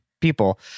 people